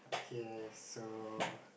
okay so